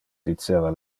diceva